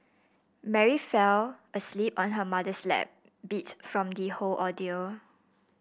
Mary fell asleep on her mother's lap beat from the whole ordeal